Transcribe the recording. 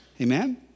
Amen